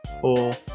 four